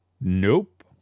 Nope